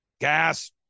gas